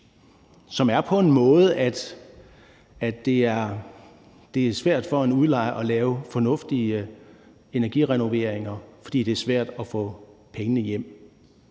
som er på en måde, hvor det er svært for en udlejer at lave fornuftige energirenoveringer, fordi det et svært at få pengene hjem.